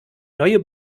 neue